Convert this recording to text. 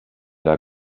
der